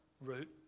route